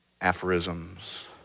aphorisms